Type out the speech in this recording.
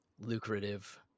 lucrative